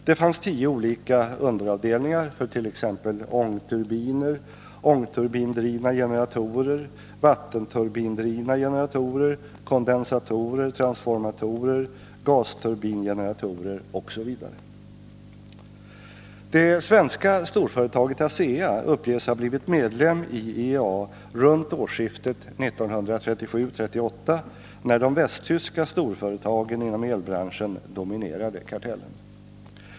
Det fanns tio olika underavdelningar för t.ex. ångturbiner, ångturbindrivna generatorer, vattenturbindrivna generatorer, kondensatorer, transformatorer, gasturbingeneratorer osv. Det svenska storföretaget ASEA uppges ha blivit medlem i IEA runt årsskiftet 1937-1938, när de västtyska storföretagen inom elbranschen dominerade kartellen.